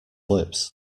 lips